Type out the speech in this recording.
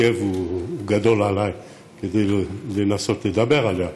הכאב שלי הוא גדול כדי לנסות לדבר עליה,